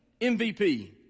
MVP